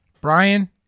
Brian